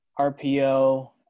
RPO